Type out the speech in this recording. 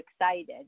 excited